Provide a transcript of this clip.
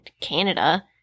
canada